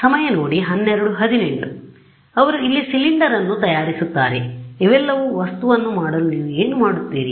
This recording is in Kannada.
ಆದ್ದರಿಂದ ಅವರು ಇಲ್ಲಿ ಸಿಲಿಂಡರ್ ಅನ್ನು ತಯಾರಿಸುತ್ತಾರೆ ಇವೆಲ್ಲವೂ ವಸ್ತುವನ್ನು ಮಾಡಲು ನೀವು ಏನು ಮಾಡುತ್ತೀರಿ